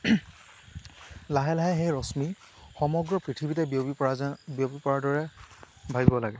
লাহে লাহে সেই ৰশ্মি সমগ্ৰ পৃথিৱীতে বিয়পী পৰা যে বিয়পী পৰাৰ দৰে ভাবিব লাগে